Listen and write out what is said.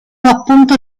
appunto